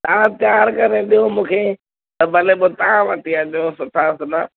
तां तयारु करे ॾियो मूंखे त भले पोइ तव्हां वटि ई अचूं सुठा सुठा